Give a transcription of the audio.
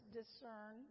discern